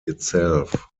itself